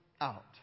out